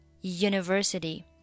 University